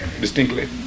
Distinctly